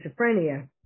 schizophrenia